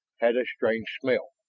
had a strange smell,